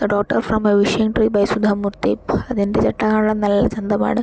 the daughter from a wishing tree by Sudha Murty അതിൻ്റെ ചട്ടകളും നല്ല ചന്തമാണ്